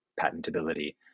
patentability